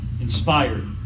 inspired